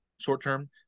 short-term